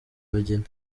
bageni